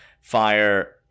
fire